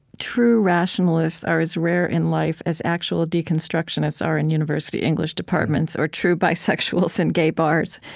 true rationalists are as rare in life as actual deconstructionists are in university english departments, or true bisexuals in gay bars.